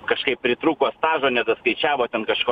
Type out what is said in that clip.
kažkaip pritrūko stažo nedaskaičiavo ten kažko